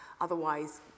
otherwise